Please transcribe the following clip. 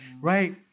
right